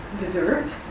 deserved